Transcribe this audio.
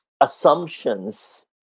assumptions